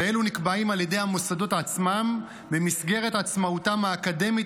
ואלו נקבעים על ידי המוסדות עצמם במסגרת עצמאותם האקדמית